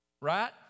right